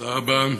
תודה רבה,